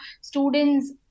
students